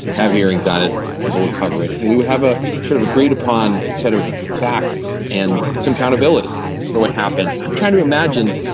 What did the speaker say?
have hearings on it. people will cover it. and we would have a sort of agreed upon set of facts and some accountability for what happened. i'm trying to imagine,